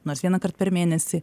nors vienąkart per mėnesį